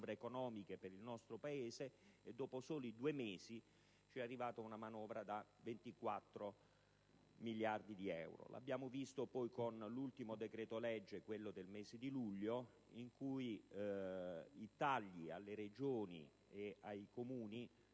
economiche per il nostro Paese. Ebbene, dopo soli due mesi è arrivata una manovra da 24 miliardi di euro. Lo abbiamo visto poi con l'ultimo decreto-legge, quello del mese di luglio, in cui i tagli alle Regioni e ai Comuni